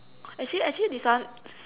actually actually this one